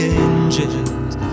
angels